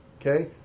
Okay